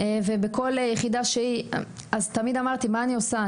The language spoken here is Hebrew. תמיד אמרתי, מה אני עושה?